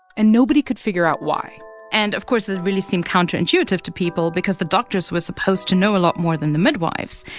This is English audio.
and nobody could figure out why and of course, it really seemed counterintuitive to people because the doctors were supposed to know a lot more than the midwives.